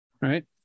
right